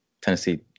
Tennessee